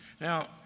Now